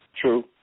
True